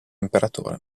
imperatore